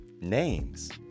names